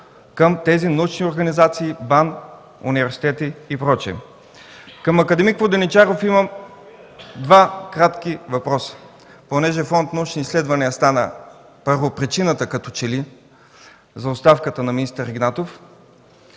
към тези научни организации, БАН, университет и прочие. Към акад. Воденичаров имам два кратки въпроса. Понеже Фонд „Научни изследвания” стана първопричината като че ли за оставката на министър Игнатов,